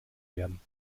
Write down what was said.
werden